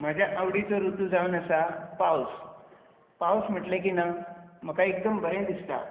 म्हज्या आवडीचो ऋतू जावन आसा पावस पावस म्हटले की ना म्हाका एकदम बरें दिसता